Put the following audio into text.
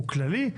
הוא כללי,